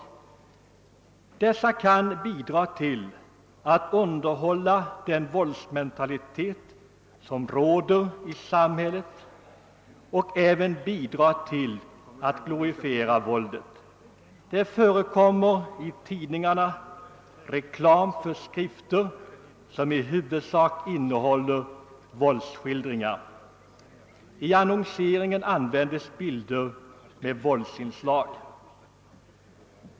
Sådana bilder kan bidra till att underhålla den våldsmentalitet som råder i samhället och även bidra till att glorifiera våldet. Det förekommer i tidningarna reklam för skrifter som i huvudsak innehåller våldsskildringar. I annonsering används bilder med våldsinslag.